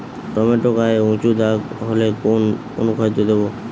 Tomato গায়ে উচু দাগ হলে কোন অনুখাদ্য দেবো?